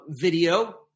video